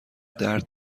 درد